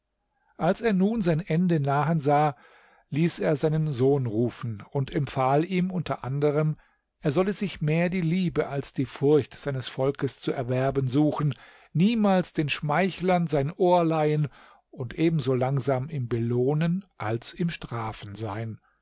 als er nun sein ende nahen sah ließ er seinen sohn rufen und empfahl ihm unter anderem er solle sich mehr die liebe als die furcht seines volkes zu erwerben suchen niemals den schmeichlern sein ohr leihen und ebenso langsam im belohnen als im strafen sein